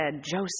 Joseph